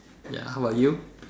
ya how about you